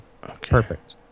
Perfect